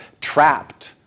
trapped